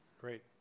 Great